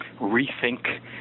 rethink